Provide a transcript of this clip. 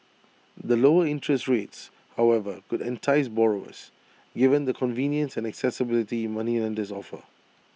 the lower interests rates however could entice borrowers given the convenience and accessibility moneylenders offer